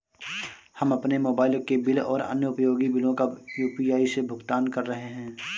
हम अपने मोबाइल के बिल और अन्य उपयोगी बिलों को यू.पी.आई से भुगतान कर रहे हैं